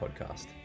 podcast